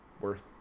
worth